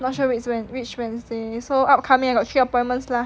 not sure which which wednesday so upcoming I got three appointments lah